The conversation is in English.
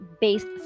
based